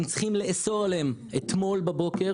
הם צריכים לאסור עליהם אתמול בבוקר,